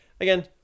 again